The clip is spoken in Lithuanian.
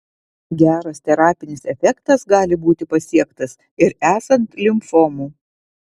geras terapinis efektas gali būti pasiektas ir esant limfomų